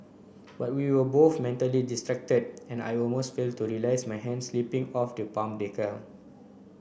but we were both mentally distracted and I almost fail to realise my hand slipping off the palm decal